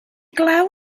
glaw